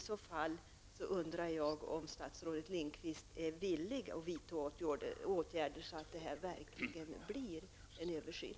Jag undrar om statsrådet Lindqvist är villig att vidta åtgärder så att det verkligen blir en översyn.